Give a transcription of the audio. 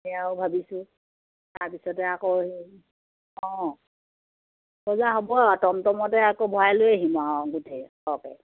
সেয়াও ভাবিছোঁ তাৰপিছতে আকৌ সেই অঁ বজাৰ হ'ব আৰু টমটমতে আকৌ ভৰাই লৈ আহিম আৰু অঁ গোটেই সৰহকৈ